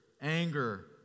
anger